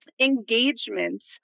engagement